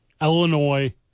Illinois